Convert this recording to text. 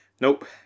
Nope